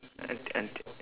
unti~ unti~